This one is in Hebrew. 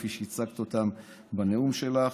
כפי שהצגת אותם בנאום שלך.